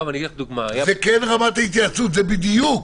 זאת כן רמת ההתייעצות, זה בדיוק,